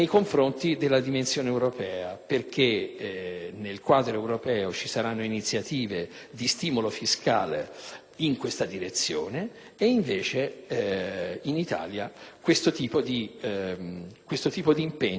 nel quadro europeo ci saranno iniziative di stimolo fiscale in questa direzione, mentre in Italia questo tipo di impegno non ci sarà.